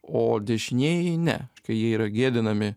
o dešinieji ne kai jie yra gėdinami